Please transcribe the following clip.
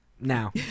Now